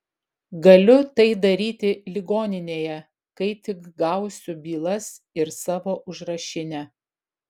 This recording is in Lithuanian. galiu tai daryti ligoninėje kai tik gausiu bylas ir savo užrašinę